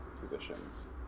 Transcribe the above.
positions